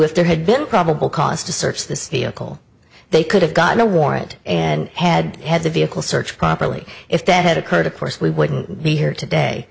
if there had been probable cause to search this vehicle they could have gotten a warrant and had had the vehicle search properly if that had occurred of course we wouldn't be here today